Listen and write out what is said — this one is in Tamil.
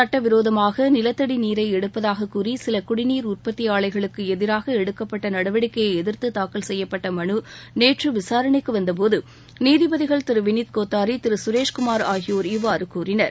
சட்டவிரோதமாக நிலத்தடி நீரை எடுத்ததாகக் கூறி சில குடிநீர் உற்பத்தி ஆலைகளுக்கு எதிராக எடுக்கப்பட்ட நடவடிக்கையை எதிர்த்து தாக்கல் செய்யப்பட்ட மனு நேற்ற விசாரணைக்கு வந்தபோது நீதிபதிகள் வினித் கோத்தாரி சுரேஷ் குமார் ஆகியோர் இவ்வாறு கூறினர்